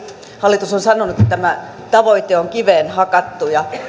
hallitus on sanonut että tämä tavoite on kiveen hakattu